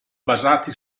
basati